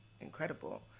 incredible